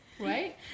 right